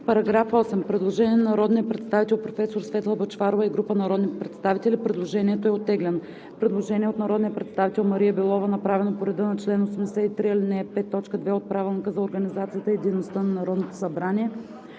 По § 8 има предложение на народния представител Светла Бъчварова и група народни представители. Предложението е оттеглено. Предложение от народния представител Мария Белова, направено по реда на чл. 83, ал. 5, т. 2 от Правилника за организацията и дейността на Народното събрание.